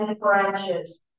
branches